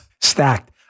Stacked